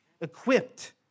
equipped